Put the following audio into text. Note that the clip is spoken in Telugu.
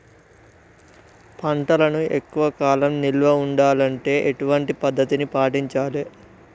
పంటలను ఎక్కువ కాలం నిల్వ ఉండాలంటే ఎటువంటి పద్ధతిని పాటించాలే?